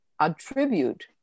attribute